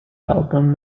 album